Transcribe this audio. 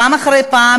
פעם אחרי פעם,